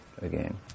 again